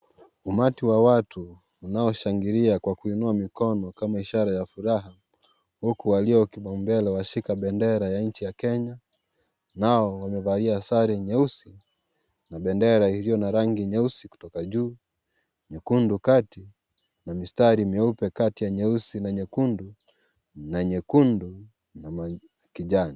Umati wa watu unaoshangilia kwa kuinua mikono kama ishara ya furaha, huku walio kipaumbele washika bendera ya nchi ya Kenya, nao wamevalia sare nyeusi na bendera iliyo na rangi nyeusi kutoka juu, nyekundu kati, na mistari mieupe kati ya nyeusi na nyekundu, na nyekundu na kijani.